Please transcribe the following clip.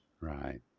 Right